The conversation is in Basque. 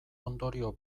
ondorio